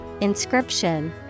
inscription